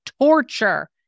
torture